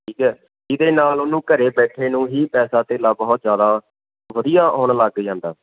ਠੀਕ ਹੈ ਇਹਦੇ ਨਾਲ ਉਹਨੂੰ ਘਰ ਬੈਠੇ ਨੂੰ ਹੀ ਪੈਸਾ ਧੇਲਾ ਬਹੁਤ ਜ਼ਿਆਦਾ ਵਧੀਆ ਆਉਣ ਲੱਗ ਜਾਂਦਾ